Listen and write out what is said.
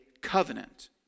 covenant